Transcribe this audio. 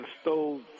stole